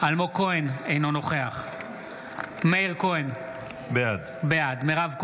אלמוג כהן, אינו נוכח מאיר כהן, בעד מירב כהן,